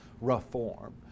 reform